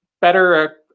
better